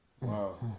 Wow